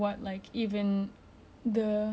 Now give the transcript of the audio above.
government in any country has said